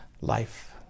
life